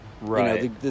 Right